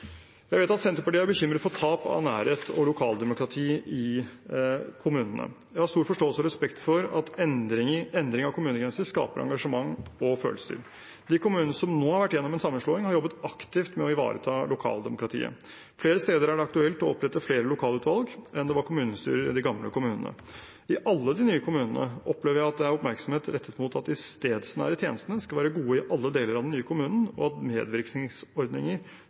Jeg vet at Senterpartiet er bekymret for tap av nærhet og lokaldemokrati i kommunene. Jeg har stor forståelse og respekt for at endring av kommunegrenser skaper engasjement og følelser. De kommunene som nå har vært igjennom en sammenslåing, har jobbet aktivt med å ivareta lokaldemokratiet. Flere steder er det aktuelt å opprette flere lokalutvalg enn det var kommunestyrer i de gamle kommunene. I alle de nye kommunene opplever jeg at det er oppmerksomhet rettet mot at de stedsnære tjenestene skal være gode i alle deler av den nye kommunen, og at medvirkningsordninger